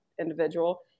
individual